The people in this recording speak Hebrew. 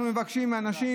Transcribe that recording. אנחנו מבקשים מאנשים,